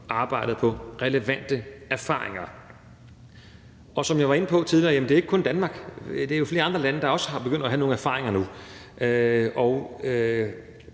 arbejdet på relevante erfaringer. Som jeg var inde på tidligere, er det ikke kun Danmark, det er flere andre lande, der begynder nu at have nogle erfaringer nu,